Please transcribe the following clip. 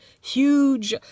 huge